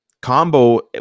combo